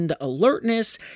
alertness